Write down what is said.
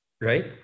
right